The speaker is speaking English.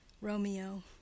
Romeo